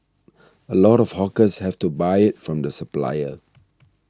a lot of hawkers have to buy it from the supplier